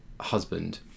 husband